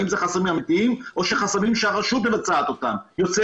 האם זה חסמים אמיתיים או האם זה חסמים שהרשות יוצרת אותם?